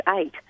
eight